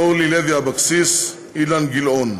אורלי לוי אבקסיס, אילן גילאון,